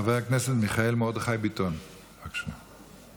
חבר הכנסת מיכאל מרדכי ביטון, בבקשה.